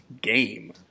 game